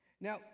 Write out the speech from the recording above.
Now